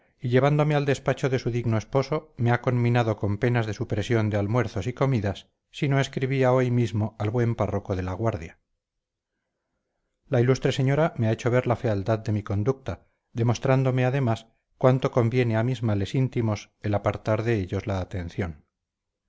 llevándome al despacho de su digno esposo me ha conminado con penas de supresión de almuerzos y comidas si no escribía hoy mismo al buen párroco de la guardia la ilustre señora me ha hecho ver la fealdad de mi conducta demostrándome además cuánto conviene a mis males íntimos el apartar de ellos la atención